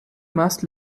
must